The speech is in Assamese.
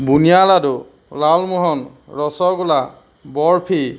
বুন্দিয়া লাড়ু লালমোহন ৰসগোল্লা বৰ্ফি